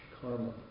karma